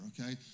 okay